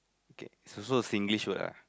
okay it's also a Singlish word ah